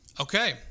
Okay